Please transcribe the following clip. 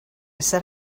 said